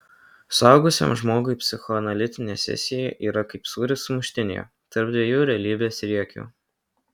suaugusiam žmogui psichoanalitinė sesija yra kaip sūris sumuštinyje tarp dviejų realybės riekių